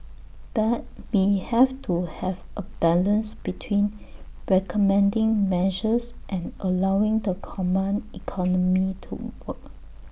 but we have to have A balance between recommending measures and allowing the command economy to work